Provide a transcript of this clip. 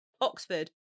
Oxford